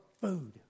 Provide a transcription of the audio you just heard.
food